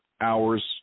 hours